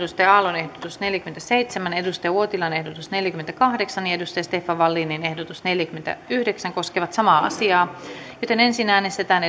touko aallon ehdotus neljäkymmentäseitsemän kari uotilan ehdotus neljäkymmentäkahdeksan ja stefan wallinin ehdotus neljäkymmentäyhdeksän koskevat samaa määrärahaa ensin äänestetään